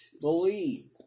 believe